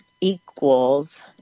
equals